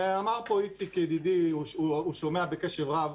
ואמר פה איציק ידידי, הוא שומע בקשב רב: